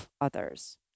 others